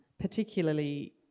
particularly